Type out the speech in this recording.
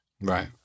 right